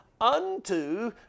unto